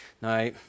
Now